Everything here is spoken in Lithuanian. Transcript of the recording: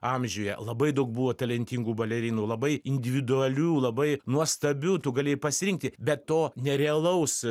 amžiuje labai daug buvo talentingų balerinų labai individualių labai nuostabių tu galėjai pasirinkti bet to nerealaus